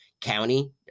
county